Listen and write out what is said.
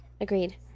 Agreed